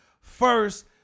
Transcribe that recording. first